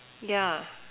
yeah